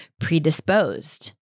predisposed